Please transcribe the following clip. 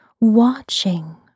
watching